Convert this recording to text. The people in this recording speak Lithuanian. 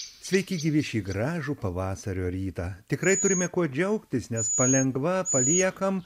sveiki gyvi šį gražų pavasario rytą tikrai turime kuo džiaugtis nes palengva paliekam